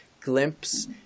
glimpse